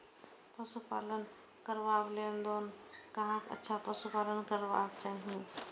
पशु पालन करबाक लेल कोन सबसँ अच्छा पशु पालन करबाक चाही?